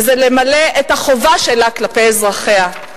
וזה למלא את החובה שלה כלפי אזרחיה.